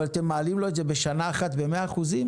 אבל אתם מעלים לו את זה בשנה אחת ב-100 אחוזים?